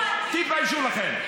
תתביישו לכם.